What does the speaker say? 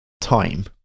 time